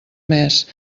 mes